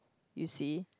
you see